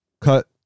Cut